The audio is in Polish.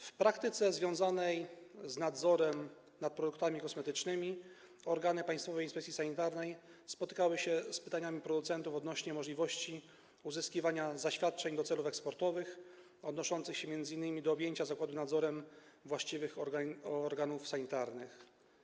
W praktyce związanej z nadzorem nad produktami kosmetycznymi organy Państwowej Inspekcji Sanitarnej spotykały się z pytaniami producentów odnośnie do możliwości uzyskiwania zaświadczeń do celów eksportowych odnoszących się m.in. do objęcia zakładu nadzorem właściwych organów sanitarnych.